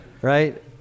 Right